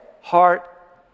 heart